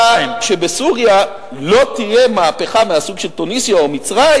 שבסוריה לא תהיה מהפכה מהסוג של תוניסיה או מצרים.